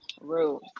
Rude